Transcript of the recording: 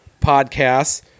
podcasts